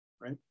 right